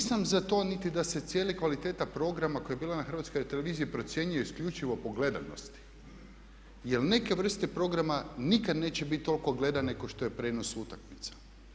Nisam za to niti da se cijeli kvaliteta programa koja je bila na Hrvatskoj televiziji procjenjuje isključivo po gledanosti, jer neke vrste programa nikad neće biti toliko gledane kao što je prijenos utakmica.